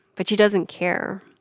but she doesn't care.